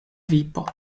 vipo